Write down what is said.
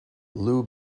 lou